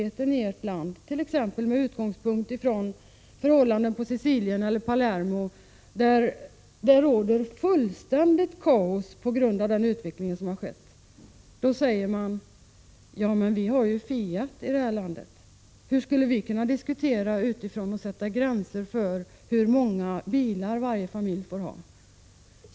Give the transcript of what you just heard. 1986/87:7 exempelvis med utgångspunkt i förhållandena i Palermo på Sicilien, där det 15 oktober 1986 råder fullständigt kaos på grund av den utveckling som skett, får man till svar: Men vi har ju Fiat här i landet. Hur skulle vi kunna diskutera en fråga som handlar om att sätta gränser för hur många bilar varje familj får ha?